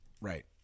Right